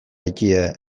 egitea